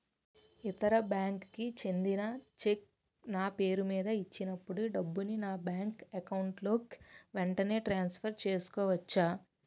ఇతర బ్యాంక్ కి చెందిన చెక్ నా పేరుమీద ఇచ్చినప్పుడు డబ్బుని నా బ్యాంక్ అకౌంట్ లోక్ వెంటనే ట్రాన్సఫర్ చేసుకోవచ్చా?